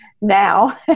now